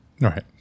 right